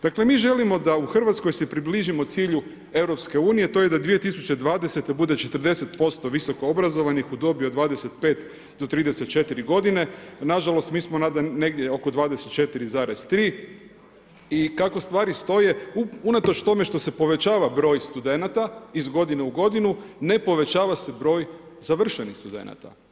Dakle mi želimo da u Hrvatskoj se približimo cilju EU to je da 2020. bude 40% visoko obrazovanih u dobi od 25-34 g. Nažalost mi smo negdje oko 24,3 i kako stvari stoje, unatoč tome što se povećava broj studenata iz godine u godinu, ne povećava se broj završenih studenata.